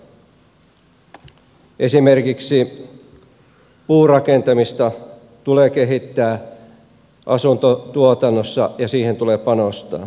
esimerkiksi puurakentamista tulee kehittää asuntotuotannossa ja siihen tulee panostaa